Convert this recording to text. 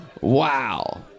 Wow